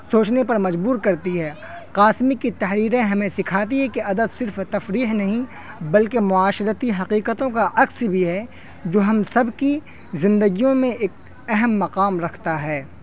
سوچنے پر مجبور کرتی ہے قاسمی کی تحریریں ہمیں سکھاتی ہے کہ ادب صرف تفریح نہیں بلکہ معاشرتی حقیقتوں کا عکس بھی ہے جو ہم سب کی زندگیوں میں ایک اہم مقام رکھتا ہے